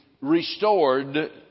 restored